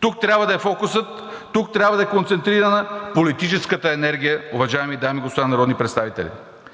Тук трябва да е фокусът, тук трябва да е концентрирана политическата енергия, уважаеми дами и господа народни представители!